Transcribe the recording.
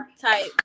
type